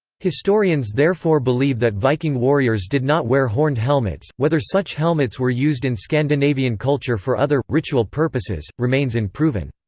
historians therefore believe that viking warriors did not wear horned helmets whether such helmets were used in scandinavian culture for other, ritual purposes, remains unproven.